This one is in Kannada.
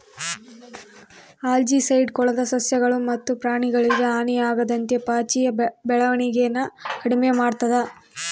ಆಲ್ಜಿಸೈಡ್ ಕೊಳದ ಸಸ್ಯಗಳು ಮತ್ತು ಪ್ರಾಣಿಗಳಿಗೆ ಹಾನಿಯಾಗದಂತೆ ಪಾಚಿಯ ಬೆಳವಣಿಗೆನ ಕಡಿಮೆ ಮಾಡ್ತದ